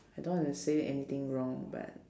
I don't want to say anything wrong but